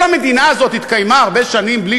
כל המדינה הזאת התקיימה הרבה שנים בלי